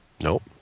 Nope